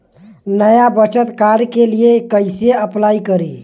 नया बचत कार्ड के लिए कइसे अपलाई करी?